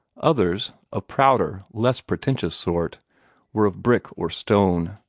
others a prouder, less pretentious sort were of brick or stone,